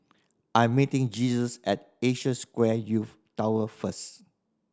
I'm meeting Jesus at Asia Square Youth Tower first